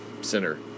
Center